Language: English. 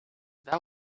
that